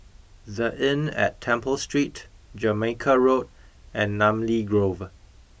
the Inn at Temple Street Jamaica Road and Namly Grove